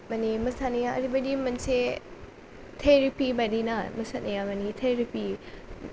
माने मोसानाया ओरैबादि मोनसे थेरेपि बादिना मोसानाया माने थेरेपि